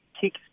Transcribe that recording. Kick